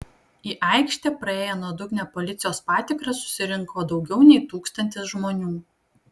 į aikštę praėję nuodugnią policijos patikrą susirinko daugiau nei tūkstantis žmonių